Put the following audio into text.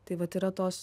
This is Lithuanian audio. tai vat yra tos